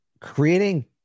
creating